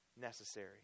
necessary